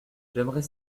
j’aimerais